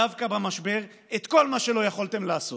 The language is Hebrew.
דווקא במשבר, את כל מה שלא יכולתם לעשות,